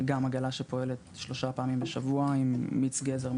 גם עגלה שפועלת שלוש פעמים בשבוע עם מיץ גזר,